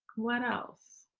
what else?